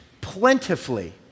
plentifully